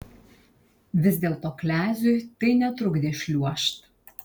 vis dėlto kleziui tai netrukdė šliuožt